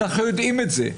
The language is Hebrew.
אנו יודעים את זה.